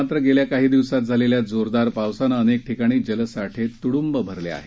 मात्र गेल्या काही दिवसात झालेल्या जोरदार पावसानं अनेक ठिकाणी जलसाठे तुडुंब भरले आहेत